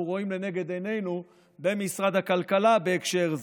רואים לנגד עינינו במשרד הכלכלה בהקשר זה: